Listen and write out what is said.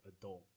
adult